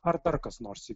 ar dar kas nors